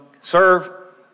serve